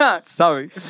Sorry